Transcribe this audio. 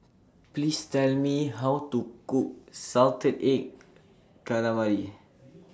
Please Tell Me How to Cook Salted Egg Calawari